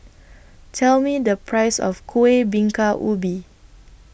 Tell Me The Price of Kuih Bingka Ubi